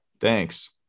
Thanks